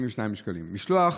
משלוח